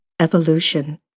evolution